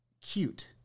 cute